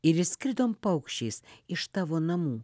ir išskridom paukščiais iš tavo namų